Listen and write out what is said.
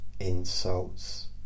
insults